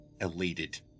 elated